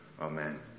Amen